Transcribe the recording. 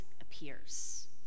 appears